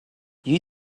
you